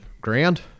ground